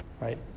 right